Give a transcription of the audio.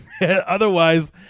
otherwise